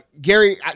Gary